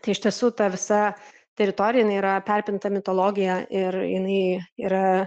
tai iš tiesų ta visa teritorija jinai yra perpinta mitologija ir jinai yra